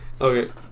Okay